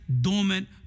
dormant